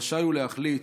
רשאי הוא להחליט,